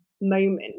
moment